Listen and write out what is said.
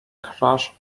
crush